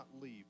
leave